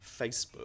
Facebook